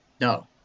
No